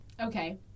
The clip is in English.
Okay